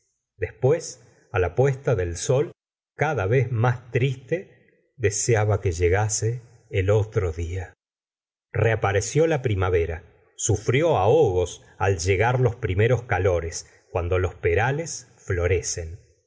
después á la puesta del sol cada vez más triste dese aba que llegase el otro día reapareció la primavera sufrió ahogos al llegar los primeros calores cuando los perales florecen